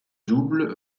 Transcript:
double